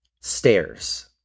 stairs